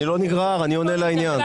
אני לא נגרר, אני עונה לעניין.